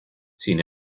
sin